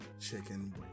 chicken